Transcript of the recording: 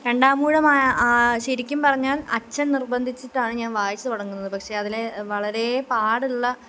രണ്ടാമൂഴം ശരിക്കും പറഞ്ഞാല് അച്ഛന് നിര്ബന്ധിച്ചിട്ടാണ് ഞാന് വായിച്ചു തുടങ്ങുന്നത് പക്ഷെ അതില് വളരേ പാടുള്ള